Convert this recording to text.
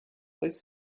please